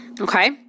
Okay